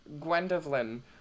Gwendolyn